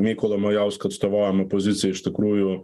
mykolo majausko atstovaujama pozicija iš tikrųjų